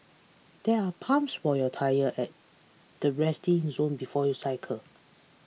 there are pumps for your tyres at the resting zone before you cycle